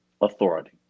authority